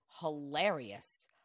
hilarious